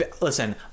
Listen